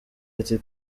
ati